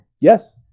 Yes